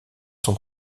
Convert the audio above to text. son